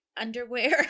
underwear